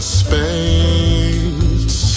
space